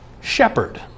shepherd